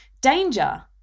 danger